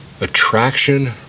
Attraction